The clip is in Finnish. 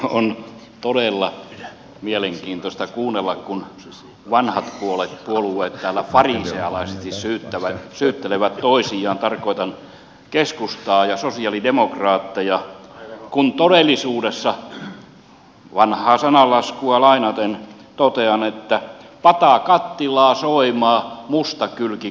on todella mielenkiintoista kuunnella kun vanhat puolueet täällä farisealaisesti syyttelevät toisiaan tarkoitan keskustaa ja sosialidemokraatteja kun todellisuudessa vanhaa sananlaskua lainaten totean pata kattilaa soimaa musta kylki kummallakin